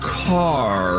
car